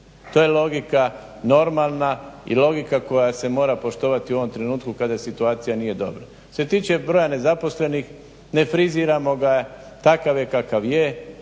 to je logika normalna i logika koja se mora poštovati u ovom trenutku kada situacija nije dobra. Što se tiče broja nezaposlenih, ne friziramo ga, takav je kakav je,